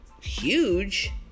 huge